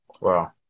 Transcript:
Wow